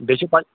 بیٚیہِ چھِ پَتہٕ